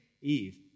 eve